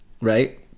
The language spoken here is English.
right